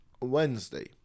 Wednesday